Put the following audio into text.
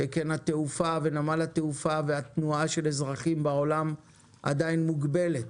שכן התעופה ונמל התעופה והתנועה של אזרחים בעולם עדיין מוגבלת.